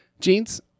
Jeans